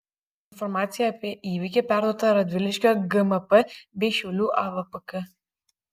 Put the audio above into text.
informacija apie įvykį perduota radviliškio gmp bei šiaulių avpk